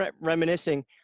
reminiscing